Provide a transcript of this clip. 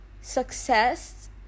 success